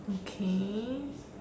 okay